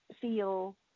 feel